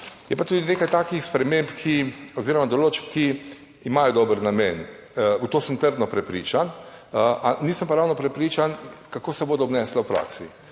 Je pa tudi nekaj takih sprememb oziroma določb, ki imajo dober namen. V to sem trdno prepričan. Nisem pa ravno prepričan, kako se bodo obnesle v praksi